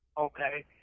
okay